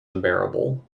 unbearable